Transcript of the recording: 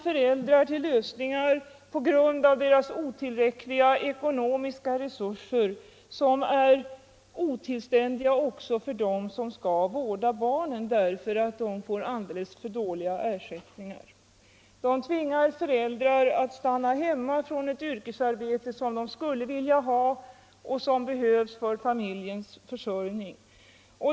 Föräldrar tvingas på grund av sina otillräckliga ekonomiska resurser till lösningar som är otillständiga också för dem som skall vårda barnen som får alldeles för dålig ersättning. Föräldrar tvingas att stanna hemma från ett yrkesarbete som de skulle vilja ha och som behövs för familjens försörjning.